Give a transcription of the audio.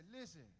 listen